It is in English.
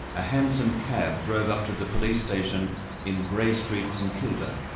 a hansom cab drove up to the police station in grey street, st kilda.